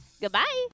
Goodbye